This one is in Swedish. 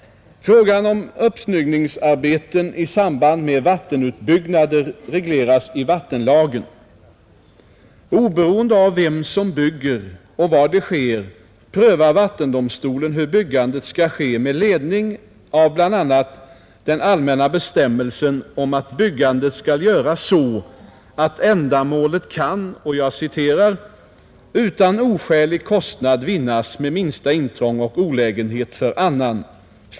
regleras i vattenlagen. Oberoende av vem som bygger och var det sker prövar vattendomstolen hur byggandet skall ske med ledning av bl.a. den allmänna bestämmelsen om att byggandet skall göras så, att ändamålet kan ”utan oskälig kostnad vinnas med minsta intrång och olägenhet för annan”.